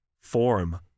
form